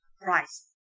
price